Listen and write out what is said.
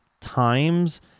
times